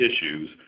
issues